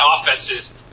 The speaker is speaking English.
offenses